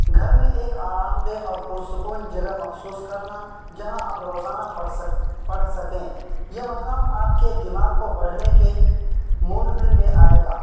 گھر میں ایک آرام دہ اور پرسکون جگہ مخصوص کرنا جہاں آپ روزانہ پڑھ پڑھ سکیں یہ مقام آپ کے دماغ کو بڑھنے کے موڈ میں لے آئے گا